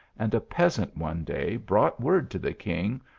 and a peasant one day brought word to the king,